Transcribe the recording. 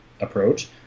approach